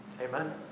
Amen